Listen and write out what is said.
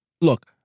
Look